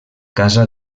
casa